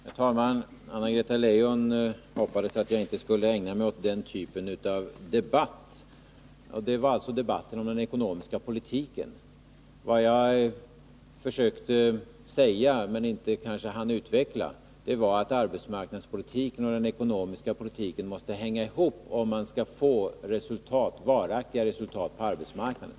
Herr talman! Anna-Greta Leijon hoppades att jag inte skulle ägna mig åt ”den typen av debatt”, dvs. debatten om den ekonomiska politiken. Vad jag försökte säga men kanske inte hann utveckla var att arbetsmarknadspolitiken och den ekonomiska politiken måste hänga ihop för att man skall kunna uppnå varaktiga resultat på arbetsmarknaden.